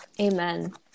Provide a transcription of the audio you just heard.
Amen